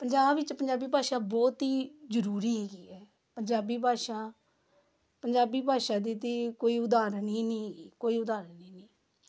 ਪੰਜਾਬ ਵਿੱਚ ਪੰਜਾਬੀ ਭਾਸ਼ਾ ਬਹੁਤ ਹੀ ਜ਼ਰੂਰੀ ਹੈਗੀ ਹੈ ਪੰਜਾਬੀ ਭਾਸ਼ਾ ਪੰਜਾਬੀ ਭਾਸ਼ਾ ਦੀ ਤਾਂ ਕੋਈ ਉਦਾਹਰਣ ਹੀ ਨਹੀਂ ਹੈਗੀ ਕੋਈ ਉਦਾਹਰਣ ਹੀ ਨਹੀਂ